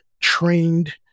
trained